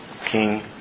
King